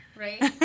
right